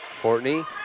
Courtney